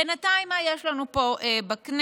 בינתיים מה יש לנו פה בכנסת?